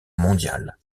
mondiale